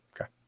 Okay